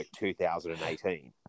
2018